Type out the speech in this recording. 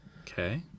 Okay